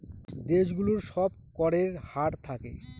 দেশ গুলোর সব করের হার থাকে